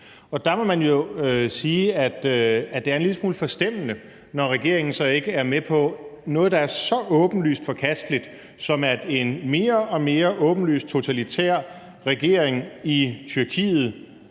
og der må man jo sige, at det er en lille smule forstemmende, når regeringen så ikke er med på at forhindre noget, der er så åbenlyst forkasteligt som, at en mere og mere åbenlyst totalitær regering i Tyrkiet